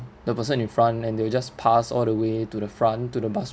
the person in front and they will just pass all the way to the front to the bus